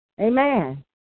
Amen